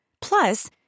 Plus